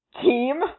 team